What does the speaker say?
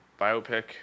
biopic